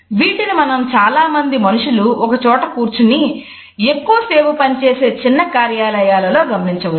వీటిని మనం చాలామంది మనుషులు ఒక చోట కూర్చుని ఎక్కువ సేపు పనిచేసే చిన్న కార్యాలయాలలో గమనించవచ్చు